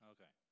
Okay